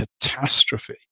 catastrophe